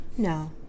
No